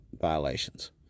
violations